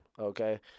Okay